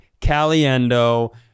Caliendo